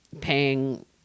paying